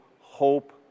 hope